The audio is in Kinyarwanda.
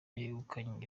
yegukanye